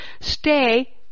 stay